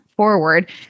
forward